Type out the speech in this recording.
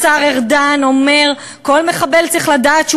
השר ארדן אומר: כל מחבל צריך לדעת שהוא